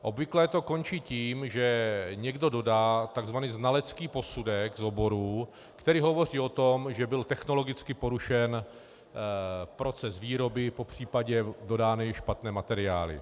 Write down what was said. Obvykle to končí tím, že někdo dodá tzv. znalecký posudek z oboru, který hovoří o tom, že byl technologicky porušen proces výroby, popř. dodány špatné materiály.